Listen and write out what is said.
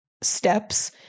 steps